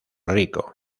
rico